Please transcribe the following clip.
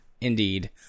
Indeed